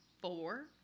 four